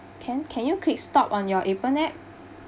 can can you click stop on your appen app